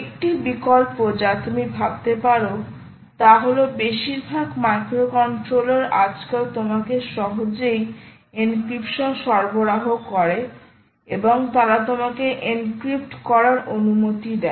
একটি বিকল্প যা তুমি ভাবতে পারো তা হল বেশিরভাগ মাইক্রোকন্ট্রোলার আজকাল তোমাকে সহজেই এনক্রিপশন সরবরাহ করে এবং তারা তোমাকে এনক্রিপ্ট করার অনুমতি দেয়